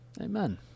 amen